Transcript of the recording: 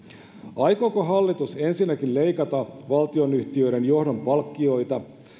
aikooko hallitus ensinnäkin leikata valtionyhtiöiden johdon palkkioita